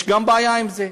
יש גם בעיה עם זה.